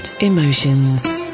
Emotions